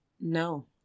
No